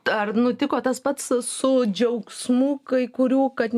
ar nutiko tas pats su džiaugsmu kai kurių kad